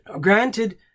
granted